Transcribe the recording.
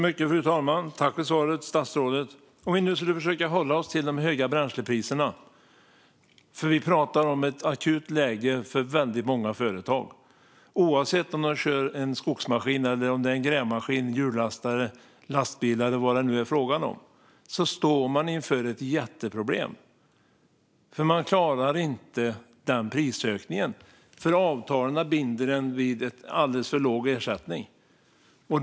Fru talman! Tack för svaret, statsrådet! Men låt oss försöka hålla oss till de höga bränslepriserna, för vi pratar om ett akut läge för många företag. Oavsett om man kör en skogsmaskin, en grävmaskin, en hjullastare, en lastbil eller vad det nu är fråga om står man inför ett jätteproblem. Man klarar inte prisökningen, för avtalen binder en vid en alldeles för låg ersättning.